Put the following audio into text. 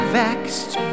vexed